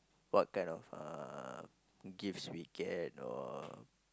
what kind of uh gifts we get or